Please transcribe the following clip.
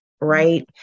right